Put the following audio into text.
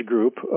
group